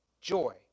joy